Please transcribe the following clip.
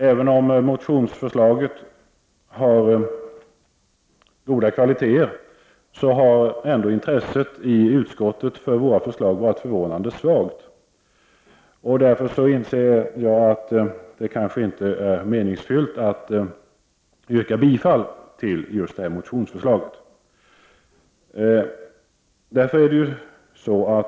Även om motionsförslaget har goda kvaliteter har intresset i utskottet varit förvånande svagt. Därför inser jag att det inte är meningsfullt att yrka bifall just till motionsförslaget.